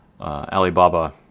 Alibaba